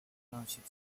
township